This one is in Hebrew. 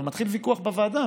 ומתחיל ויכוח בוועדה,